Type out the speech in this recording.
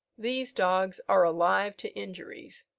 these dogs are alive to injuries,